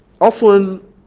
Often